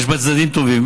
יש בה צדדים טובים